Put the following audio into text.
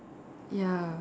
ya